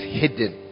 hidden